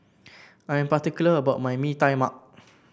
I am particular about my Mee Tai Mak